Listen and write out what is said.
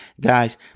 Guys